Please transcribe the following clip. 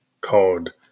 called